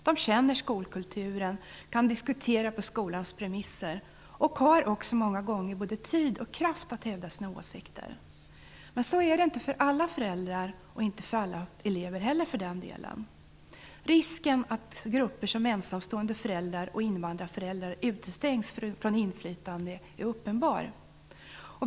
De känner skolkulturen, kan diskutera på skolans premisser och har också många gånger både tid och kraft att hävda sina åsikter. Men så är det inte för alla föräldrar, och inte för alla elever heller för den delen. Risken att grupper som ensamstående föräldrar och invandrarföräldrar utestängs från inflytande är uppenbar.